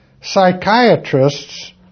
Psychiatrists